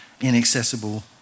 inaccessible